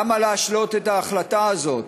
למה להשהות את ההחלטה הזאת